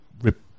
rip